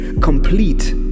Complete